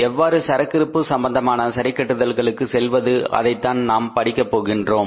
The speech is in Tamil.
எவ்வாறு சரக்கிருப்பு சம்பந்தமான சரிகட்டுதல்களுக்கு செல்வது அதைத்தான் நாம் படிக்கப் போகிறோம்